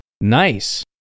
nice